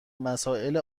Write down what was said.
مسائل